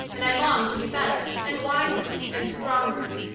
and i long to be better and wiser and stronger.